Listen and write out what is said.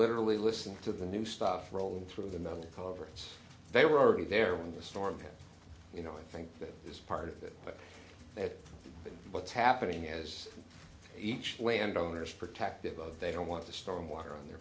literally listen to the new stuff rolling through the mill coverage they were already there when the storm hit you know i think that is part of it but that's what's happening as each landowners protective of they don't want to storm water on their